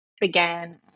began